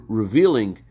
revealing